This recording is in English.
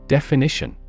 Definition